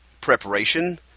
preparation